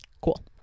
cool